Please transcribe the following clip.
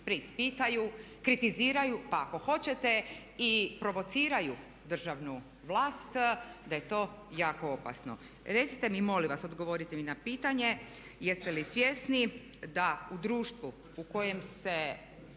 preispitaju, kritiziraju pa ako hoćete i provociraju državnu vlast da je to jako opasno. Recite mi molim vas, odgovorite mi na pitanje jeste li svjesni da u društvu u kojem se